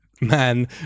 man